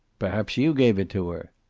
perhaps you gave it to her!